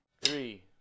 Three